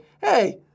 Hey